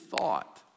thought